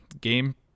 game